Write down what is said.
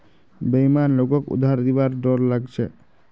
बेईमान लोगक उधार दिबार डोर लाग छ